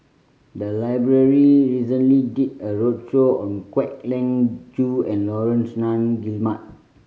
the library recently did a roadshow on Kwek Leng Joo and Laurence Nunn Guillemard